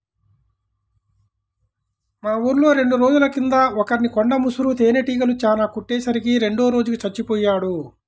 మా ఊర్లో రెండు రోజుల కింద ఒకర్ని కొండ ముసురు తేనీగలు చానా కుట్టే సరికి రెండో రోజుకి చచ్చిపొయ్యాడు